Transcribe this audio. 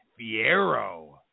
fiero